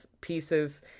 pieces